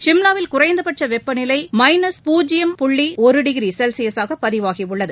ஷிம்லாவில் குறைந்தபட்ச வெப்பநிலை மைனஸ் பூஜ்யம் புள்ளி ஒரு டிகிரி செல்சியஸாக பதிவாகியுள்ளது